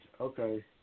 Okay